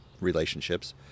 relationships